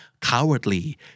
cowardly